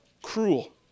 cruel